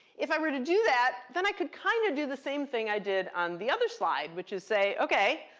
if i were to do that, then i could kind of do the same thing i did on the other slide, which is say, ok,